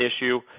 issue